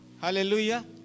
Hallelujah